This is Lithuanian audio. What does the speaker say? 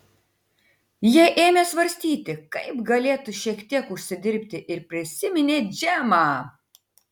jie ėmė svarstyti kaip galėtų šiek tiek užsidirbti ir prisiminė džemą